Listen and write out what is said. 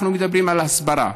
אנחנו מדברים על הסברה,